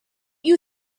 you